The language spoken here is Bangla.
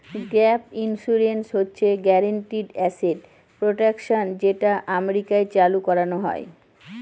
গ্যাপ ইন্সুরেন্স হচ্ছে গ্যারান্টিড এসেট প্রটেকশন যেটা আমেরিকায় চালু করানো হয়